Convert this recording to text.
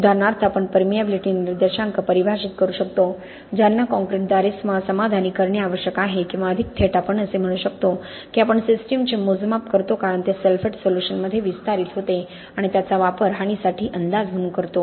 उदाहरणार्थ आपण परमिएबिलिटी निर्देशांक परिभाषित करू शकतो ज्यांना कंक्रीटद्वारे समाधानी करणे आवश्यक आहे किंवा अधिक थेट आपण असे म्हणू शकतो की आपण सिस्टमचे मोजमाप करतो कारण ते सल्फेट सोल्यूशनमध्ये विस्तारित होते आणि त्याचा वापर हानीसाठी अंदाज म्हणून करतो